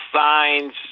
signs